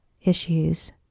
issues